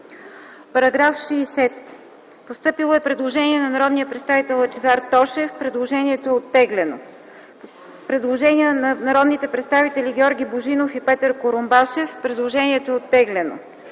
По § 61 са постъпили: Предложение от народния представител Лъчезар Тошев. Предложението е оттеглено. Предложение от народните представители Георги Божинов и Петър Курумбашев. Предложението е оттеглено.